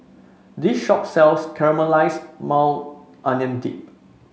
this shop sells Caramelized Maui Onion Dip